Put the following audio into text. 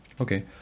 Okay